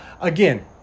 again